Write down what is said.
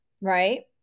right